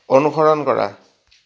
অনুসৰণ কৰা